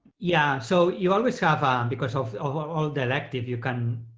yeah, so you always have because of all the electives, you can